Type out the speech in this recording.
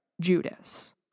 Judas